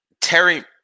Terry